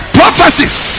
prophecies